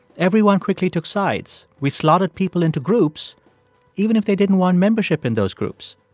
everyone quickly took sides. we slotted people into groups even if they didn't want membership in those groups.